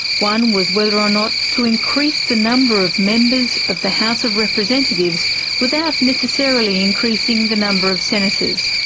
one was whether or not to increase the number of members of the house of representatives without necessarily increasing the number of senators.